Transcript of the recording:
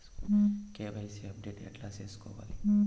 KYC update ఎట్లా సేసుకోవాలి?